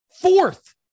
fourth